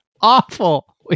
awful